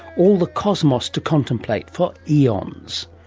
all the cosmos to contemplate for eons.